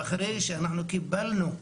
ואחרי שקיבלנו,